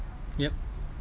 yup